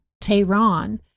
Tehran